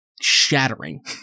shattering